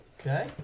okay